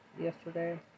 yesterday